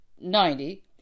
Ninety